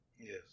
Yes